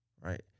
right